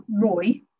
Roy